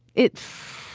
it's.